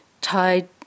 tied